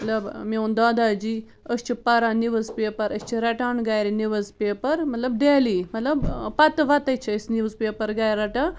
مطلب میون دادا جی أسۍ چھِ پَران نِوٕز پیپر أسۍ چھِ رَٹان گَرِ نِوٕز پیپر مطلب ڈٮ۪لی مطلب پتہٕ وَتَے چھِ أسۍ نِوٕز پیپر گَرِ رَٹان